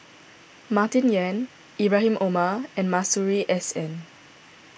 Martin Yan Ibrahim Omar and Masuri S N